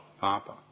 papa